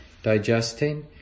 Digesting